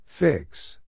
Fix